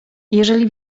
jeżeli